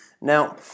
Now